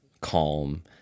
calm